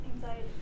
Anxiety